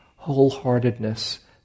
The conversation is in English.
wholeheartedness